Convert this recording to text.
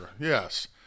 Yes